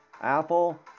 Apple